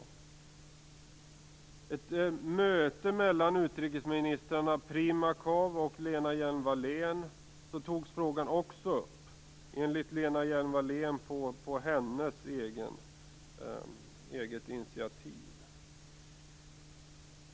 Vid ett möte mellan utrikesministrarna Primakov och Lena Hjelm-Wallén togs frågan också upp. Enligt Lena Hjelm-Wallén var det på hennes eget initiativ.